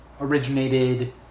originated